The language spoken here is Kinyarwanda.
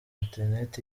internet